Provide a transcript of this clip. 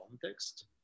context